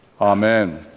Amen